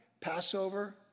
Passover